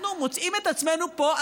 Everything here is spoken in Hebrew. אנחנו מוצאים את עצמנו פה,